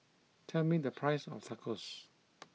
tell me the price of Tacos